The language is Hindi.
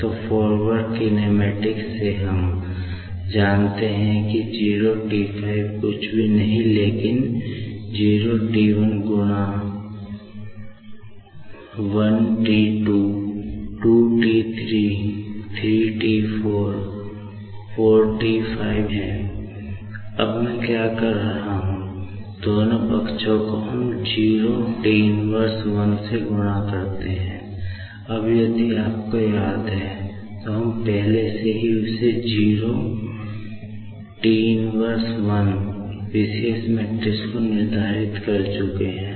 तो फॉरवर्ड किनेमाटिक को निर्धारित कर चुके हैं